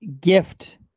gift